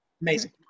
Amazing